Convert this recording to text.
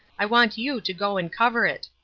i want you to go and cover it.